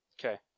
Okay